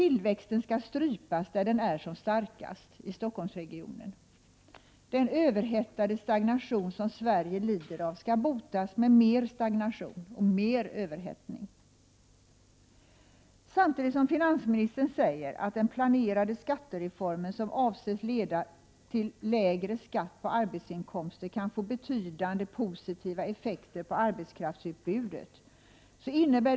Tillväxten skall strypas där den är som starkast, nämligen i Stockholmsregionen. Den överhettade stagnation som Sverige lider av skall botas med mer stagnation och mer överhettning. De förslag som vi nu behandlar innebär att skatten på bl.a. arbete ökar, samtidigt som finansministern säger att den planerade skattereformen, som avses leda till lägre skatt på arbetsinkomster, kan få betydande positiva effekter på arbetskraftsutbudet.